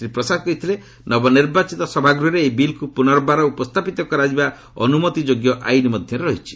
ଶ୍ରୀ ପ୍ରସାଦ କହିଥିଲେ ନବନିର୍ବାଚିତ ସଭାଗୃହରେ ଏହି ବିଲ୍କୁ ପୁନର୍ବାର ଉପସ୍ଥାପିତ କରାଯିବା ଅନ୍ତମତିଯୋଗ୍ୟ ଆଇନ ମଧ୍ୟରେ ରହିଛି